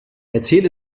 erzähl